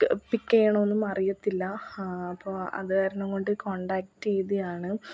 പിക്ക് ചെയ്യണമെന്നും അറിയത്തില്ല അപ്പം അതു കാരണം കൊണ്ട് കോൺടാക്ട് ചെയ്തതാണ്